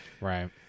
right